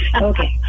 Okay